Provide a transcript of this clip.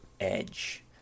edge